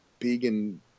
vegan